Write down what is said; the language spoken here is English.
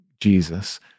Jesus